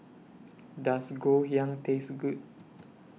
Does Ngoh Hiang Taste Good